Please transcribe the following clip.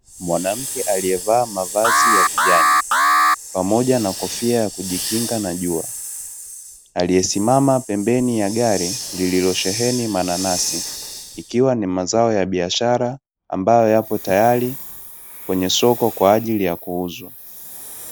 Mwanamke alievaa mavazi ya kijani pamoja kofia ya kujikinga na jua, alie simama pembeni ya gari lililosheheni mananasi, ikiwa ni mazao ya biashara ambayo yapo tayari kwenye soko kwaajili ya kuuzwa.